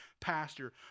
pastor